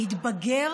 להתבגר,